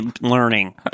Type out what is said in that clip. learning